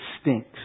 stinks